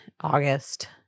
August